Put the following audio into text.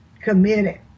Committed